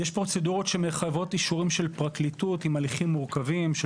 יש פרוצדורות שמחייבות אישורים של פרקליטות עם הליכים מורכבים של